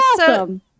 awesome